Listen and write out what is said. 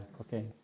okay